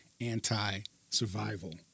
anti-survival